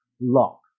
lock